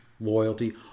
loyalty